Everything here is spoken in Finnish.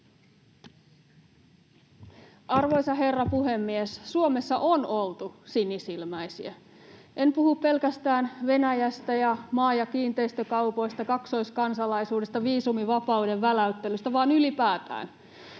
Arvoisa herra puhemies! Suomessa on oltu sinisilmäisiä. En puhu pelkästään Venäjästä ja maa- ja kiinteistökaupoista, kaksoiskansalaisuudesta, viisumivapauden väläyttelystä, vaan ylipäätään.